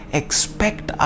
expect